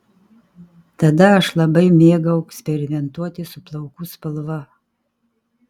tada aš labai mėgau eksperimentuoti su plaukų spalva